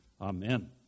amen